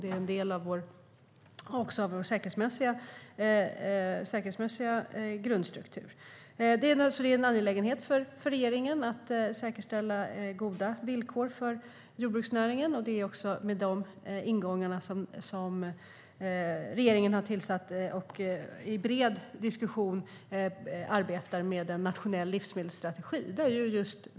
Det är också en del av vår säkerhetsmässiga grundstruktur. Det är naturligtvis angeläget för regeringen att säkerställa goda villkor för jordbruksnäringen. Det är också med de ingångarna som regeringen har tillsatt och i bred diskussion arbetar med en nationell livsmedelsstrategi.